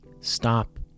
stop